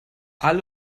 alle